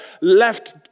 left